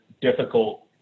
difficult